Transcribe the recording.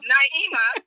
Naima